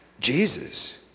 Jesus